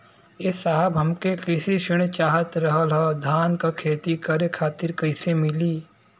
ए साहब हमके कृषि ऋण चाहत रहल ह धान क खेती करे खातिर कईसे मीली?